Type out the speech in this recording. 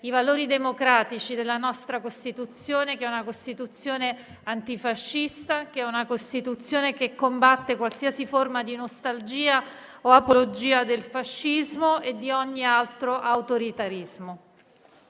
i valori democratici della nostra Costituzione, che è una Costituzione antifascista che combatte qualsiasi forma di nostalgia o apologia del fascismo e di ogni altro autoritarismo.